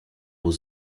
aux